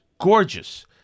gorgeous